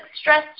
stress